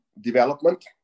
development